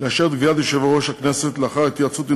מחליטה לאשר את קביעת יושב-ראש הכנסת לאחר התייעצות עם